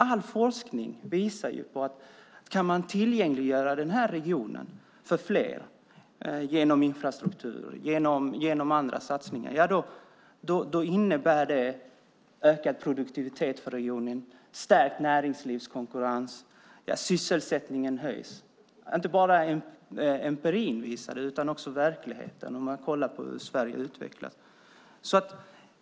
All forskning visar att om man kan göra den här regionen tillgänglig för fler genom infrastruktur och andra satsningar så innebär det ökad produktivitet för regionen, stärkt näringslivskonkurrens och att sysselsättningen ökar. Detta visas inte bara i teorin utan också i verkligheten.